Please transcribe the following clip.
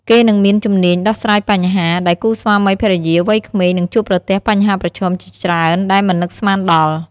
គេនឹងមានជំនាញដោះស្រាយបញ្ហា ដែលគូស្វាមីភរិយាវ័យក្មេងនឹងជួបប្រទះបញ្ហាប្រឈមជាច្រើនដែលមិននឹកស្មានដល់។